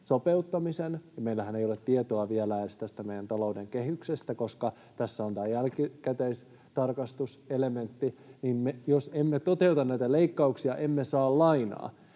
meillähän ei ole tietoa vielä edes tästä meidän talouden kehyksestä, koska tässä on tämä jälkikäteistarkastuselementti — eli näitä leikkauksia, emme saa lainaa.